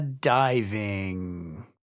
Diving